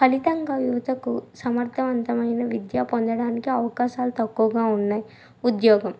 ఫలితంగా యువతకు సమర్దవంతమైన విద్య పొందడానికి అవకాశాలు తక్కువగా ఉన్నాయి ఉద్యోగం